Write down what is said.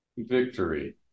Victory